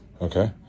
Okay